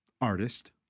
artist